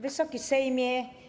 Wysoki Sejmie!